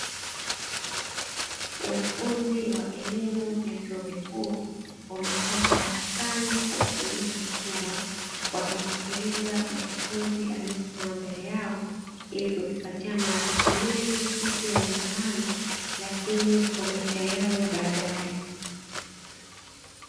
Wanafunzi wa elimu ya vyuo vikuu wameketi darasani kwa utulivu mkubwa, wakimsikiliza mkufunzi aliyesimama mbele yao, ili kujipatia maarifa mengi sio tu ya kufanyia mitihani, lakini kwa maisha yao ya baadae.